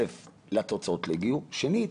שנית,